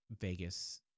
Vegas